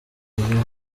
iri